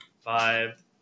five